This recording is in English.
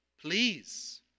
Please